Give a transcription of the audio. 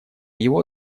его